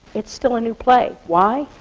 it's still a new play. why?